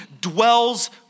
dwells